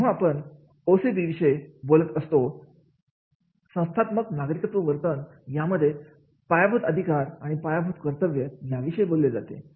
आहे जेव्हा आपण ओसी विषय बोलत असतो संस्थात्मक नागरिकत्व वर्तन यामध्ये पायाभूत अधिकार आणि पायाभूत कर्तव्य याविषयी बोलले जाते